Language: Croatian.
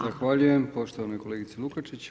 Zahvaljujem poštovanoj kolegici Lukačić.